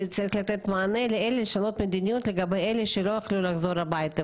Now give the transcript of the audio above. צריך לתת מענה לאלה שלא יכלו לחזור הביתה